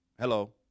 Hello